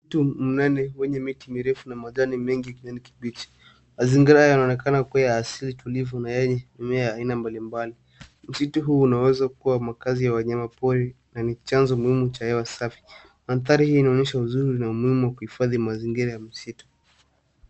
Msitu mnene wenye miti mirefu na majani mengi ya kijani kibichi. Mazingira yanaonekana kuwa ya asili tulivu na yenye mimea ya aina mbalimbali. Msitu huu unaweza kuwa makazi ya wanyamapori na ni chanzo muhimu cha hewa safi. Mandhari inaonyesha uzuri na umuhimu wa kuhifadhi mazingira ya msitu.